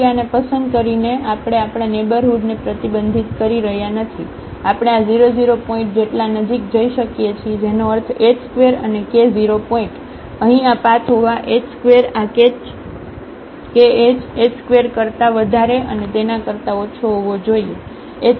તેથી આને પસંદ કરીને તેથી આપણે આપણા નેઇબરહુડ ને પ્રતિબંધિત કરી રહ્યા નથી આપણે આ 00 પોઇન્ટ જેટલા નજીક જઈ શકીએ છીએ જેનો અર્થ h2 અને k 0 પોઇન્ટ અહીં આ પાથ હોવા h2આ કેચ h2 કરતા વધારે અને તેના કરતા ઓછો હોવો જોઈએ h2